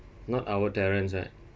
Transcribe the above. not our terrence right